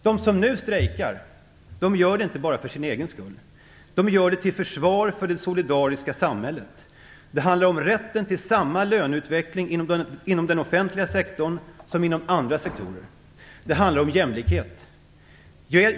De som nu strejkar gör det inte bara för sin egen skull utan till försvar för det solidariska samhället. Det handlar om rätten till samma löneutveckling inom den offentliga sektorn som inom andra sektorer. Det handlar om jämlikhet.